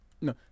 no